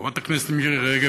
חברת הכנסת מירי רגב,